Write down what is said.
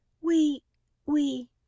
We—we